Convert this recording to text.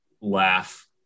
laugh